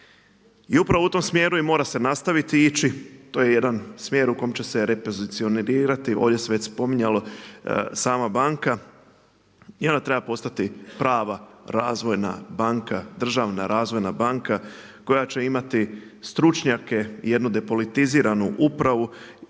I upravo u tom smjeru i mora se nastaviti ići, to je jedan smjer u kom će se repozicionirati, ovdje se već spominjalo sama banka i ona treba postati prava razvojna banka, državna razvojna banka koja će imati stručnjake i jednu depolitiziranu upravu